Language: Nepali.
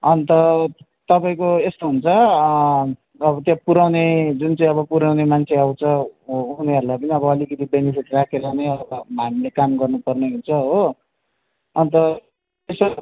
अन्त तपाईँको यस्तो हुन्छ अब त्यो पुर्याउने जुन चाहिँ अब पुर्याउने मान्छे आउँछ उनीहरूलाई पनि अब अलिकति बेनिफिट राखेर नै अब हामीले काम गर्नु पर्ने हुन्छ हो अन्त